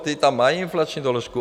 Ti tam mají inflační doložku.